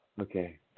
Okay